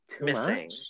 missing